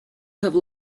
have